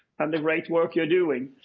and the great work you're doing.